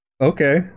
Okay